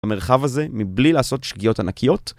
במרחב הזה, מבלי לעשות שגיאות ענקיות.